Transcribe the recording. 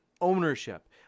ownership